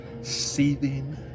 seething